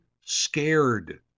scared